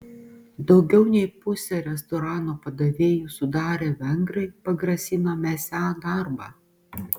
daugiau nei pusę restorano padavėjų sudarę vengrai pagrasino mesią darbą